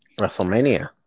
WrestleMania